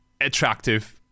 attractive